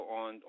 on